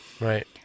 Right